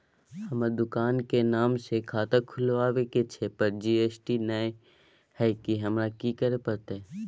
हमर दुकान के नाम से खाता खुलवाबै के छै पर जी.एस.टी नय हय कि करे परतै?